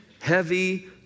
heavy